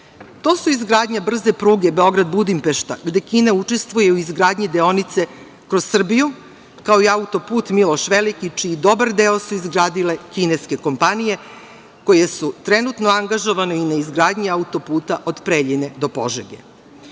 To su izgradnja brze pruge Beograd-Budimpešta, gde Kina učestvuje u izgradnji deonice kroz Srbiju, kao i autoput „Miloš Veliki“ čiji dobar deo su izgradile kineske kompanije koje su trenutno angažovane i na izgradnji autoputa do Preljine do Požege. Mi